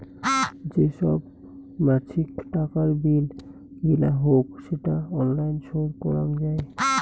যে সব মাছিক টাকার বিল গিলা হউক সেটা অনলাইন শোধ করাং যাই